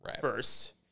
first